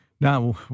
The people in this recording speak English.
Now